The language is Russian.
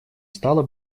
стало